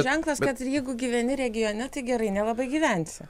ženklas kad ir jeigu gyveni regione tai gerai nelabai gyvensi